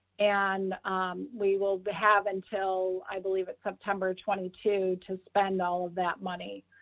and we will have until i believe it's september twenty two to spend all that money.